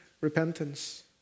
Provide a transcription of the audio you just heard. repentance